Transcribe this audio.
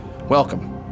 welcome